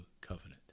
covenant